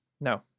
No